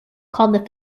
called